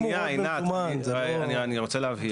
שנייה, עינת, אני רוצה להבהיר.